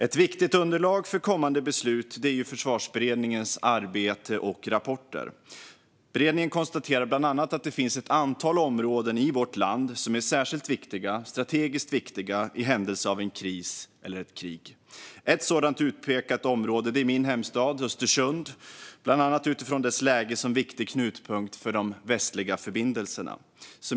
Ett viktigt underlag för kommande beslut är Försvarsberedningens arbete och rapporter. Beredningen konstaterar bland annat att det finns ett antal områden i vårt land som är särskilt viktiga - strategiskt viktiga - i händelse av en kris eller ett krig. Ett sådant utpekat område är min hemstad Östersund, bland annat utifrån dess läge som viktig knutpunkt för de västliga förbindelserna.